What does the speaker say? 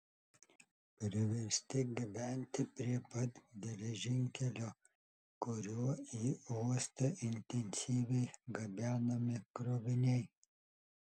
priversti gyventi prie pat geležinkelio kuriuo į uostą intensyviai gabenami kroviniai